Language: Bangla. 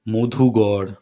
মধুগড়